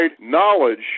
knowledge